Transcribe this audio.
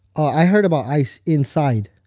i heard about ice inside.